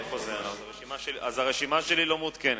אז הרשימה שלי לא מעודכנת.